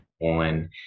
on